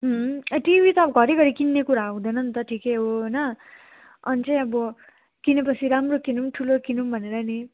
अँ टिभी त घरिघरि किन्ने कुरा हुँदैन नि त ठिकै हो होइन अनि चाहिँ अब किनेपछि राम्रो किनौँ ठुलो किनौँ भनेर नि